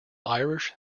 irish